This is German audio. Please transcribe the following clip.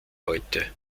heute